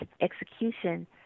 execution